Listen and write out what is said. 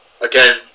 Again